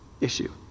issue